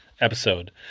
episode